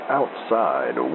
outside